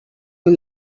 you